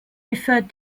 referred